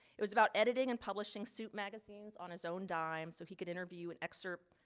it was about editing and publishing suit magazines on his own dime so he could interview an expert,